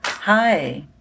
Hi